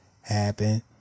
happen